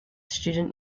student